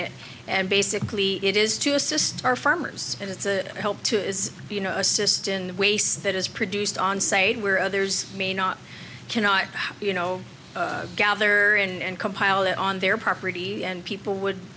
it and basically it is to assist our farmers it's a help to is you know assist in the waste that is produced on site where others may not cannot you know gather and compile it on their property and people would